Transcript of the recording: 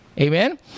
Amen